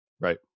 Right